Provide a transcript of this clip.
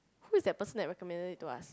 who is the person that recommended it to us